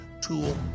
tool